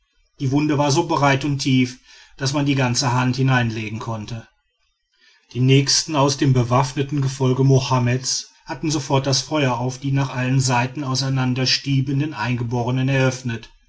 die wunde war so breit und tief daß man die ganze hand hineinlegen konnte die nächsten aus dem bewaffneten gefolge mohammeds hatten sofort das feuer auf die nach allen seiten auseinanderstiebenden eingeborenen eröffnet